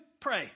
pray